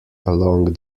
along